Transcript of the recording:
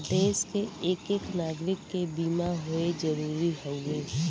देस के एक एक नागरीक के बीमा होए जरूरी हउवे